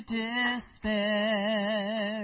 despair